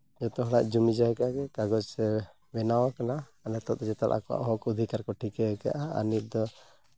ᱡᱚᱛᱚ ᱦᱚᱲᱟᱜ ᱡᱚᱢᱤ ᱡᱟᱭᱜᱟ ᱜᱮ ᱠᱟᱜᱚᱡᱽ ᱥᱮ ᱵᱮᱱᱟᱣ ᱟᱠᱟᱱᱟ ᱱᱤᱛᱚᱜ ᱫᱚ ᱡᱚᱛᱚᱦᱚᱲ ᱟᱠᱚᱣᱟᱜ ᱦᱚᱸᱠ ᱚᱫᱷᱤᱠᱟᱨ ᱠᱚ ᱴᱷᱤᱠᱟᱹ ᱠᱟᱜᱼᱟ ᱟᱨ ᱱᱤᱛ ᱫᱚ